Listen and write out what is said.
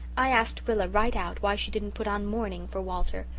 i asked rilla right out why she didn't put on mourning for walter.